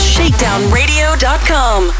ShakedownRadio.com